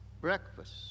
breakfast